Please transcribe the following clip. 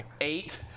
Eight